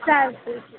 चालतं आहे की